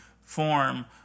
form